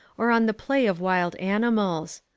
or on the play of wild animals.